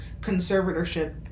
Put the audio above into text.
conservatorship